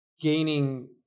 gaining